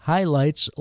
Highlights